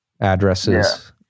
addresses